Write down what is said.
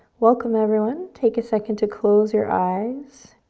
welcome, everyone. take a second to close your eyes,